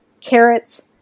carrots